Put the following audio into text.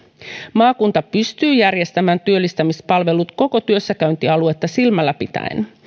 maakunta pystyy järjestämään työllistymispalvelut koko työssäkäyntialuetta silmällä pitäen